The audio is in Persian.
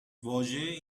واژه